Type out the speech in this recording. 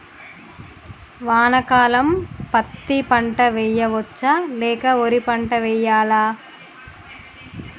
వానాకాలం పత్తి పంట వేయవచ్చ లేక వరి పంట వేయాలా?